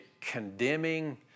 condemning